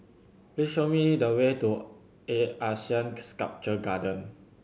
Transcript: please show me the way to A ASEAN Sculpture Garden